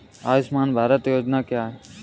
आयुष्मान भारत योजना क्या है?